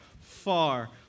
far